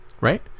right